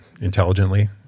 intelligently